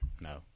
No